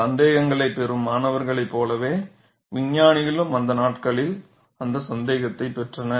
சந்தேகங்களைப் பெறும் மாணவர்களைப் போலவே விஞ்ஞானிகளும் அந்த நாட்களில் அந்த சந்தேகங்களைப் பெற்றனர்